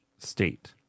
State